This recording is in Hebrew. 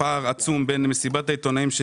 יש פער עצום מאז מסיבת העיתונאים של